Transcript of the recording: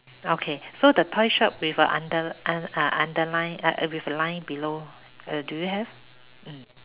okay so the toy shop with a under uh underline uh with a line below uh do you have mm